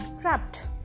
trapped